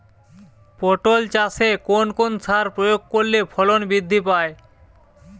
পটল চাষে কোন কোন সার প্রয়োগ করলে ফলন বৃদ্ধি পায়?